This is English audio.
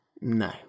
no